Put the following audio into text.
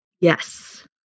Yes